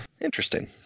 Interesting